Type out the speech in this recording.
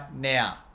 now